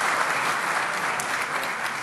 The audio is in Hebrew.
(מחיאות כפיים)